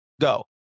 go